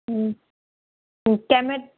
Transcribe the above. হুম তো